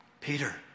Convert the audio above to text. Peter